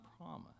promise